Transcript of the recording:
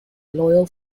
loyal